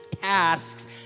tasks